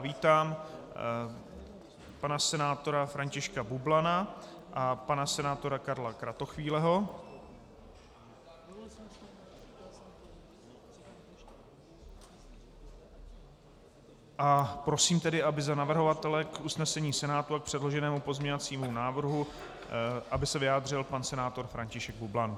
Vítám pana senátora Františka Bublana a pana senátora Karla Kratochvíleho a prosím tedy, aby se za navrhovatele k usnesení Senátu a k předloženému pozměňovacímu návrhu vyjádřil pan senátor František Bublan.